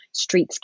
streetscape